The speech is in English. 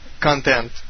content